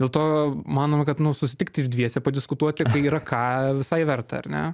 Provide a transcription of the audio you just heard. dėl to manome kad nu susitikti ir dviese padiskutuoti kai yra ką visai verta ar ne